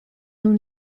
non